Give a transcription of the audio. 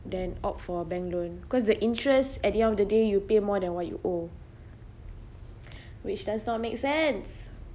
than opt for a bank loan because the interest at the end of the day you pay more than what you owe which does not make sense